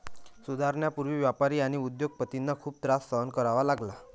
सुधारणांपूर्वी व्यापारी आणि उद्योग पतींना खूप त्रास सहन करावा लागला